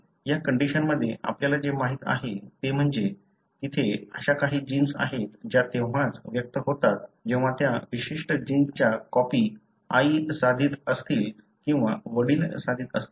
या कंडिशनमध्ये आपल्याला जे माहिती आहे ते म्हणजेतिथे अशा काही जिन्स आहेत ज्या तेव्हाच व्यक्त होतात जेव्हा त्या विशिष्ट जिनच्या कॉपी आई साधित असतील किंवा वडील साधित असतील